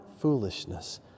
Foolishness